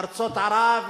ארצות ערב,